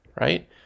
right